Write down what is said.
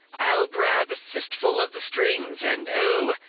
i'll grab a fistful of the strings, and o,